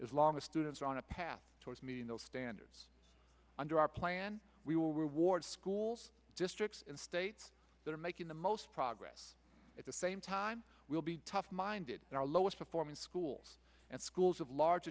as students are on a path towards meeting those standards under our plan we will reward schools districts in states that are making the most progress at the same time will be tough minded in our lowest performing schools and schools of large